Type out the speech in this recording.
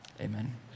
amen